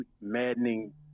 maddening